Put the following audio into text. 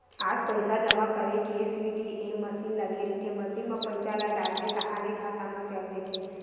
आज पइसा जमा करे के सीडीएम मसीन लगे रहिथे, मसीन म पइसा ल डालबे ताहाँले खाता म चल देथे